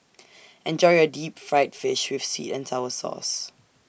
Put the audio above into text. Enjoy your Deep Fried Fish with Seet and Sour Sauce